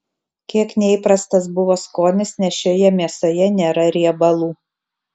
kiek neįprastas buvo skonis nes šioje mėsoje nėra riebalų